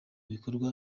bikorwa